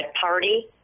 party